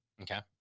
Okay